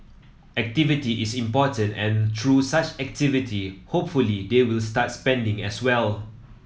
activity is important and through such activity hopefully they will start spending as well